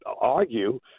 argue